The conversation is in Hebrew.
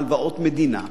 הלוואות מדינה,